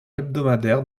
hebdomadaire